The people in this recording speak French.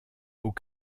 aux